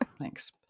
Thanks